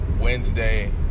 Wednesday